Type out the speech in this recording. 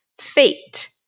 Fate